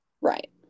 Right